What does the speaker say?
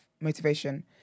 motivation